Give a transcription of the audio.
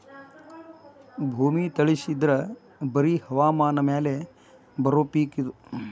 ಭೂಮಿ ತಳಸಿ ಇದ್ರ ಬರಿ ಹವಾಮಾನ ಮ್ಯಾಲ ಬರು ಪಿಕ್ ಇದ